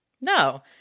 No